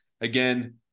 Again